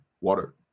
Water